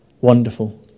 Wonderful